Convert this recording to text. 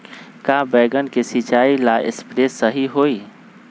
का बैगन के सिचाई ला सप्रे सही होई?